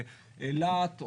באילת,